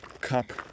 cup